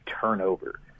turnover